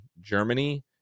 Germany